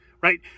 right